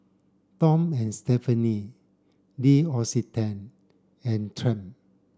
Tom and Stephanie L'Occitane and Triumph